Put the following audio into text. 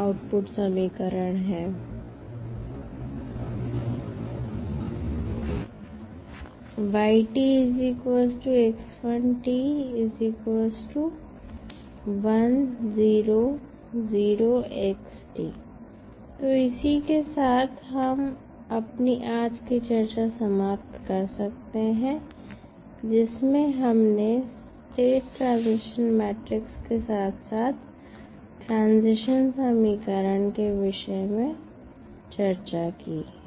output समीकरण है तो इसी के साथ हम अपनी आज की चर्चा समाप्त कर सकते हैं जिसमें हमने स्टेट ट्रांजिशन मैट्रिक्स के साथ साथ ट्रांजीशन समीकरण के विषय में चर्चा की